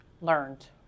learned